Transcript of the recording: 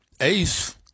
Ace